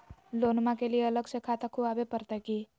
लोनमा के लिए अलग से खाता खुवाबे प्रतय की?